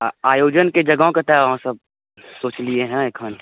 आ आयोजनके जगह कतय अहाँसभ सोचलियै हेँ एखन